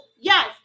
yes